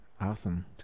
Awesome